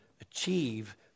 achieve